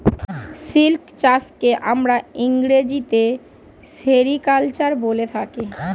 silk চাষকে আমরা ইংরেজিতে সেরিকালচার বলে থাকি